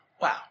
wow